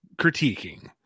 critiquing